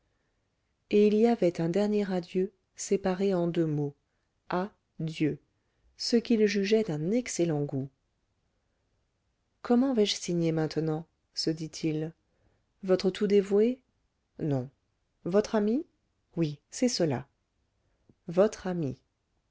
et il y avait un dernier adieu séparé en deux mots à dieu ce qu'il jugeait d'un excellent goût comment vais-je signer maintenant se dit-il votre tout dévoué non votre ami oui c'est cela votre ami